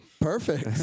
Perfect